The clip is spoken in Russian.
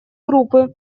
группы